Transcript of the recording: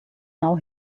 now